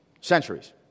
centuries